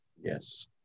Yes